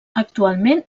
actualment